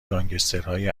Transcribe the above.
گانگسترهای